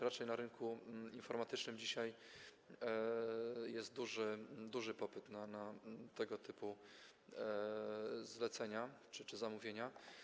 Raczej na rynku informatycznym dzisiaj jest duży, duży popyt na tego typu zlecenia czy zamówienia.